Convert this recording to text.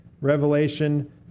Revelation